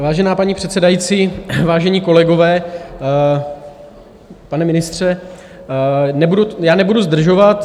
Vážená paní předsedající, vážení kolegové, pane ministře, já nebudu zdržovat.